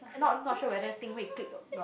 end up not sure whether or not